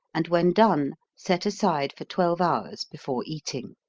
and when done set aside for twelve hours before eating.